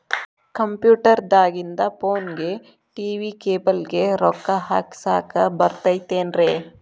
Computer ದಾಗಿಂದ್ ಫೋನ್ಗೆ, TV cable ಗೆ, ರೊಕ್ಕಾ ಹಾಕಸಾಕ್ ಬರತೈತೇನ್ರೇ?